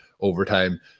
overtime